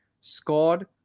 scored